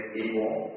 equal